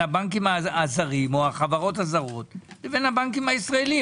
הבנקים הזרים או החברות הזרות לבנקים הישראליים.